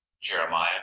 Jeremiah